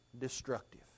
destructive